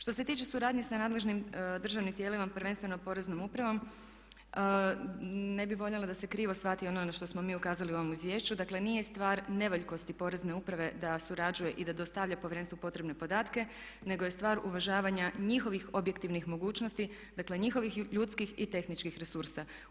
Što se tiče suradnje sa nadležnim državnim tijelima, prvenstveno Poreznom upravom, ne bih voljela da se krivo shvati ono na što smo mi ukazali u ovom Izvješću, dakle nije stvar nevoljkosti porezne uprave da surađuje i da dostavlja Povjerenstvu potrebne podatke nego je stvar uvažavanja njihovih objektivnih mogućnosti, dakle njihovih ljudskih i tehničkih resursa.